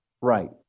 right